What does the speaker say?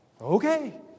Okay